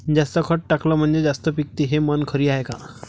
जास्त खत टाकलं म्हनजे जास्त पिकते हे म्हन खरी हाये का?